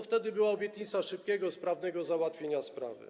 Wtedy była obietnica szybkiego, sprawnego załatwienia sprawy.